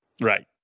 Right